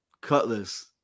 cutlass